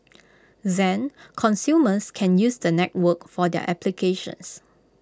then consumers can use the network for their applications